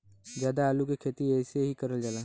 जादा आलू के खेती एहि से करल जाला